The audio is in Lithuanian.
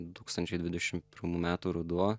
du tūkstančiai dvidešimt pirmų metų ruduo